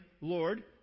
Lord